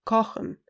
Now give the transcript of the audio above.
Kochen